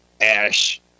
Ash